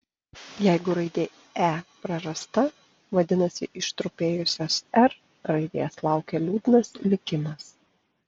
jeigu raidė e prarasta vadinasi ištrupėjusios r raidės laukia liūdnas likimas